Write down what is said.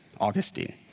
Augustine